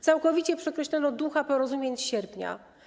Całkowicie przekreślono ducha porozumień z sierpnia.